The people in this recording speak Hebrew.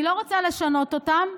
אני לא רוצה לשנות אותם,